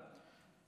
תודה.